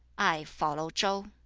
i follow chau